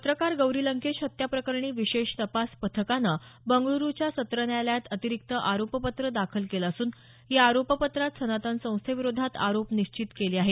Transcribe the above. पत्रकार गौरी लंकेश हत्याप्रकरणी विशेष तपास पथकानं बंगळूरुच्या सत्र न्यायालयात अतिरिक्त आरोपपत्र दाखल केलं असून या आरोपपत्रात सनातन संस्थेविरोधात आरोप निश्चित केले आहेत